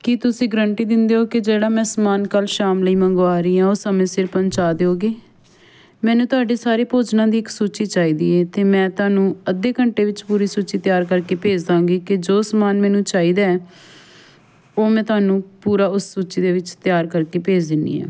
ਕੀ ਤੁਸੀਂ ਗਰੰਟੀ ਦਿੰਦੇ ਹੋ ਕਿ ਜਿਹੜਾ ਮੈਂ ਸਮਾਨ ਕੱਲ੍ਹ ਸ਼ਾਮ ਲਈ ਮੰਗਵਾ ਰਹੀ ਹਾਂ ਉਸ ਸਮੇਂ ਸਿਰ ਪਹੁੰਚਾ ਦਿਓਗੇ ਮੈਨੂੰ ਤੁਹਾਡੀ ਸਾਰੀ ਭੋਜਨਾਂ ਦੀ ਇੱਕ ਸੂਚੀ ਚਾਹੀਦੀ ਹੈ ਅਤੇ ਮੈਂ ਤੁਹਾਨੂੰ ਅੱਧੇ ਘੰਟੇ ਵਿੱਚ ਪੂਰੀ ਸੂਚੀ ਤਿਆਰ ਕਰਕੇ ਭੇਜ ਦੇਵਾਂਗੀ ਕਿ ਜੋ ਸਮਾਨ ਮੈਨੂੰ ਚਾਹੀਦਾ ਹੈ ਉਹ ਮੈਂ ਤੁਹਾਨੂੰ ਪੂਰਾ ਉਸ ਸੂਚੀ ਦੇ ਵਿੱਚ ਤਿਆਰ ਕਰਕੇ ਭੇਜ ਦਿੰਦੀ ਹਾਂ